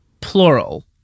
plural